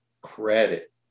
credit